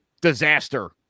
disaster